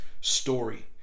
story